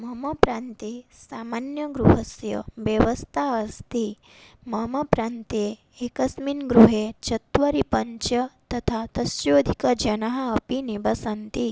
मम प्रान्ते सामान्यगृहस्य व्यवस्था अस्ति मम प्रान्ते एकस्मिन् गृहे चत्वारि पञ्च तथा तस्याधिकजनाः अपि निवसन्ति